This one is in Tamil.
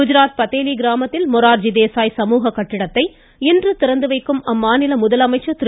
குஜராத் பதேலி கிராமத்தில் மொரார்ஜி தேசாய் சமூக கட்டிடத்தை இன்று திறந்து வைக்கும் அம்மாநில முதலமைச்சர் திரு